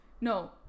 No